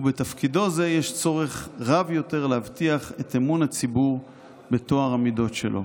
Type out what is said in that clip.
ובתפקידו זה יש צורך רב יותר להבטיח את אמון הציבור בטוהר המידות שלו".